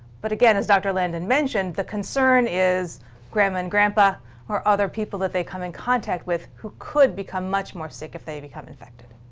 but again, as dr. landon mentioned, the concern is grandma and grandpa or other people that they come in contact with who could become much more sick if they become infected.